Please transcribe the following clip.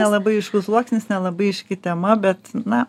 nelabai aiškus sluoksnis nelabai aiški tema bet na